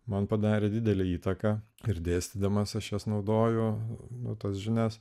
man padarė didelę įtaką ir dėstydamas aš jas naudojo nuo tas žinias